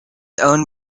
owned